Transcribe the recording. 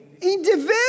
Individual